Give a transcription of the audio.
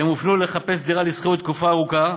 הן הופנו לחפש דירה לשכירות לתקופה ארוכה,